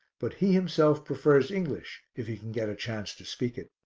but he himself prefers english if he can get a chance to speak it.